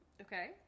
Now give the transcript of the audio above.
Okay